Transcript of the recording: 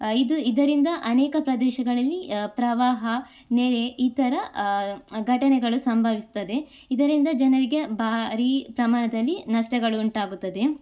ಇದು ಇದರಿಂದ ಅನೇಕ ಪ್ರದೇಶಗಳಲ್ಲಿ ಪ್ರವಾಹ ನೆರೆ ಈ ಥರ ಘಟನೆಗಳು ಸಂಭವಸ್ತದೆ ಇದರಿಂದ ಜನರಿಗೆ ಭಾರೀ ಪ್ರಮಾಣದಲ್ಲಿ ನಷ್ಟಗಳು ಉಂಟಾಗುತ್ತದೆ